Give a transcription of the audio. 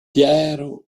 pierres